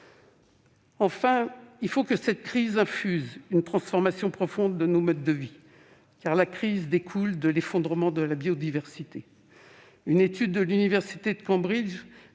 Enfin, il faut que cette crise infuse une transformation profonde de nos modes de vie, car la crise découle de l'effondrement de la biodiversité. Une étude de l'université de Cambridge